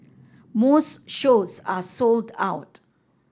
most shows are sold out